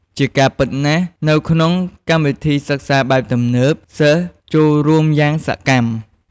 ជាការពិតណាស់ នៅក្នុងកម្មវិធីសិក្សាបែបទំនើប សិស្សចូលរួមយ៉ាងសកម្ម។